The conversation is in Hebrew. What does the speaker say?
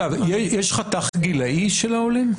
אגב, יש חתך גילאי של העולים?